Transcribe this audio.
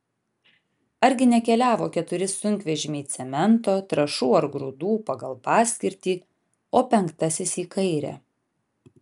argi nekeliavo keturi sunkvežimiai cemento trąšų ar grūdų pagal paskirtį o penktasis į kairę